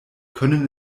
können